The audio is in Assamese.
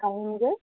আহিমগৈ